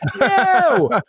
no